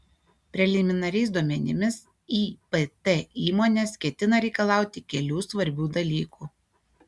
preliminariais duomenimis ipt įmonės ketina reikalauti kelių svarbių dalykų